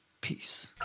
Peace